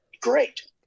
great